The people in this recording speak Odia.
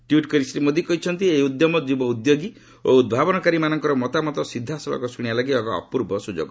ଟ୍ୱିଟ୍ କରି ଶ୍ରୀ ମୋଦି କହିଛନ୍ତି ଏହି ଉଦ୍ୟମ ଯୁବ ଉଦ୍ୟୋଗୀ ଓ ଉଦ୍ଭାବନକାରୀମାନଙ୍କର ମତାମତ ସିଧାସଳଖ ଶୁଶିବା ଲାଗି ଏକ ଅପୂର୍ବ ସୁଯୋଗ